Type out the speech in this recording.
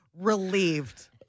relieved